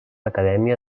acadèmia